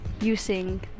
using